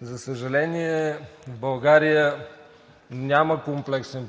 За съжаление, в България няма комплексен